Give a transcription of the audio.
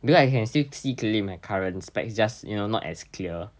because I can still see with my current specs just you know not as clear